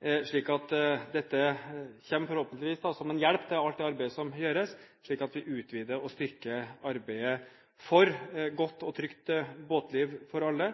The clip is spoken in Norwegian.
dette kommer forhåpentligvis som en hjelp til alt det arbeidet som gjøres, slik at vi utvider og styrker arbeidet for et godt og trygt båtliv for alle